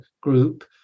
group